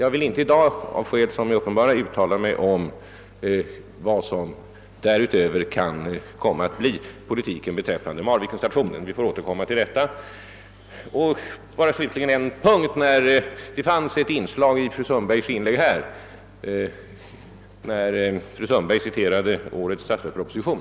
Jag vill icke i dag, av skäl som är uppenbara, uttala mig om vilken politik som därutöver kommer att föras beträffande Marvikenstationen. Vi får återkomma till denna fråga. Jag vill slutligen bara ta upp den del av fru Sundbergs inlägg, som hänvisade till årets statsverksproposition.